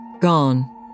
gone